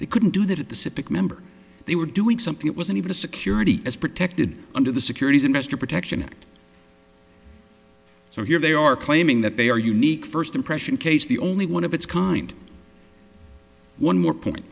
they couldn't do that at the sipek member they were doing something it wasn't even a security is protected under the securities investor protection act so here they are claiming that they are unique first impression case the only one of its kind one more point